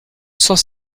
cent